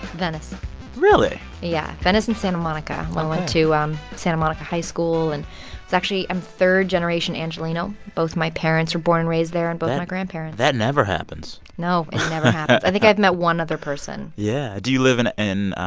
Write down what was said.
venice really? yeah, venice and santa monica. i went to um santa monica high school. and it's actually i'm third-generation angeleno. both my parents were born and raised there and both my grandparents that never happens no. it never happens. i think i've met one other person yeah. do you live in in